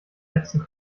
letzten